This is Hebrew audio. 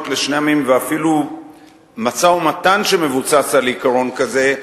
לשני עמים ואפילו משא-ומתן שמבוסס על עיקרון כזה,